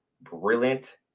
brilliant